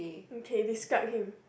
okay describe him